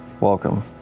Welcome